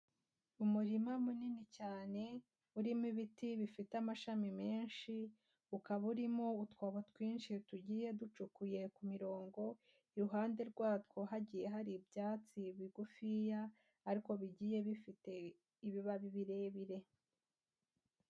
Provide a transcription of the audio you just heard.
Umurima munini cyane urimo ibiti bifite amashami menshi, ukaba urimo utwobo twinshi tugiye ducukuye ku mirongo, iruhande rwatwo hagiye hari ibyatsi bigufiya ariko bigiye bifite ibibabi birebire.